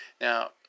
Now